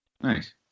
Nice